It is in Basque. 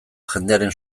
jendearen